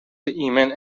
ایمن